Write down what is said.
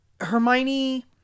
Hermione